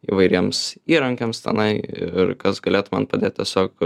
įvairiems įrankiams tenai ir kas galėtų man padėt tiesiog